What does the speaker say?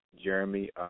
Jeremy